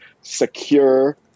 secure